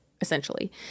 essentially